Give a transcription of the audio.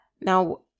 Now